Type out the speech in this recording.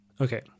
Okay